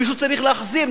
מישהו צריך להחזיר,